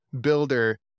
builder